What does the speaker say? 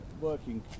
Working